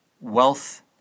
wealth